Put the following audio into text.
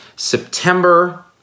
September